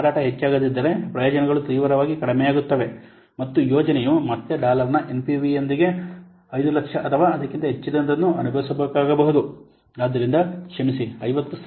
ಮಾರಾಟವು ಹೆಚ್ಚಾಗದಿದ್ದರೆ ಪ್ರಯೋಜನಗಳು ತೀವ್ರವಾಗಿ ಕಡಿಮೆಯಾಗುತ್ತವೆ ಮತ್ತು ಯೋಜನೆಯು ಮತ್ತೆ ಡಾಲರ್ನ ಎನ್ಪಿವಿ ಯೊಂದಿಗೆ 500000 ಅಥವಾ ಅದಕ್ಕಿಂತ ಹೆಚ್ಚಿನದನ್ನು ಅನುಭವಿಸಬೇಕಾಗಬಹುದು ಆದ್ದರಿಂದ ಕ್ಷಮಿಸಿ 50000